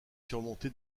surmonté